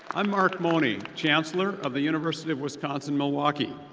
i'm mark mone, chancellor of the university of wisconsin-milwaukee.